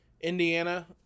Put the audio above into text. Indiana